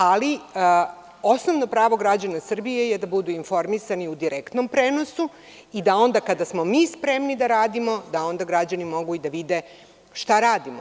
Ali, osnovno pravo građana Srbije je da budu informisani u direktnom prenosu i da onda kada smo mi spremni da radimo, da onda građani mogu i da vide šta radimo.